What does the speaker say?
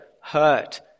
hurt